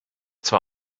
zwar